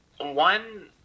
One